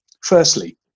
Firstly